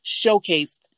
showcased